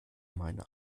meine